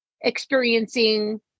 experiencing